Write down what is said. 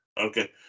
Okay